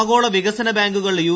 ആഗോള വികസന ബാങ്കുകൾ യു